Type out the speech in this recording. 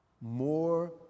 More